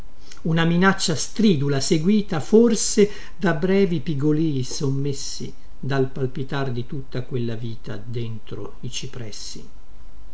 una minaccia stridula seguita forse da brevi pigolii sommessi dal palpitar di tutta quella vita dentro i cipressi